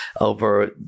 over